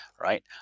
right